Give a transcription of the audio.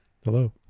Hello